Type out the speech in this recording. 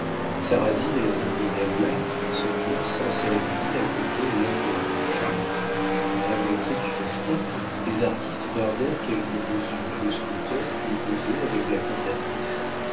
sarrasine et la zambinella se mirent sans cérémonie à côté l'un de l'autre pendant la moitié du festin les artistes gardèrent quelque mesure et le sculpteur put causer avec la cantatrice